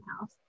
House